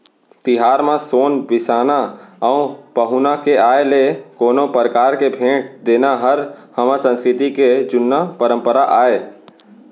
तिहार म सोन बिसाना अउ पहुना के आय ले कोनो परकार के भेंट देना हर हमर संस्कृति के जुन्ना परपंरा आय